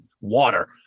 water